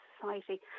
society